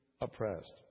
oppressed